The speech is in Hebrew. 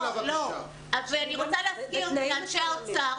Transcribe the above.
אני רוצה להפתיע את אנשי האוצר,